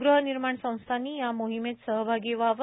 गृहनिर्माण संस्थांनी या मोहिमेत सहभागी व्हावे